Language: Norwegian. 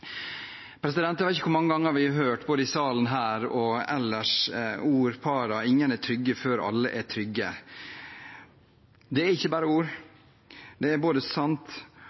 ikke hvor mange ganger vi hørt, både i salen her og ellers, ordene «ingen er trygge før alle er trygge». Det er ikke bare ord, det er både sant